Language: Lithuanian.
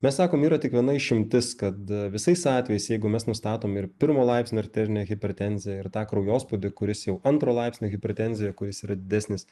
mes sakom yra tik viena išimtis kad visais atvejais jeigu mes nustatom ir pirmo laipsnio arterinę hipertenziją ir tą kraujospūdį kuris jau antro laipsnio hipertenzija kuris yra didesnis